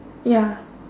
ya